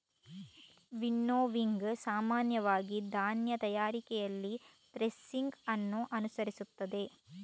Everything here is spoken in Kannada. ವಿನ್ನೋವಿಂಗ್ ಸಾಮಾನ್ಯವಾಗಿ ಧಾನ್ಯ ತಯಾರಿಕೆಯಲ್ಲಿ ಥ್ರೆಸಿಂಗ್ ಅನ್ನು ಅನುಸರಿಸುತ್ತದೆ